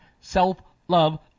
self-love